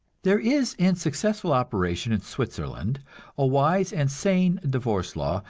there is in successful operation in switzerland a wise and sane divorce law,